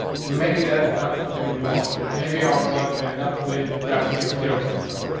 and maybe that's not something we would want. maybe i would want to end up with opacity of zero point four.